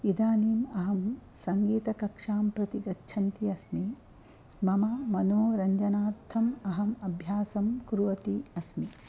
इदानीम् अहं सङ्गीतकक्षां प्रति गच्छन्ती अस्मि मम मनोरञ्जनार्थम् अहम् अभ्यासं कुर्वती अस्मि